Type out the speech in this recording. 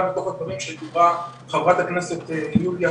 גם בתוך הדברים שדיברה חברת הכנסת יוליה,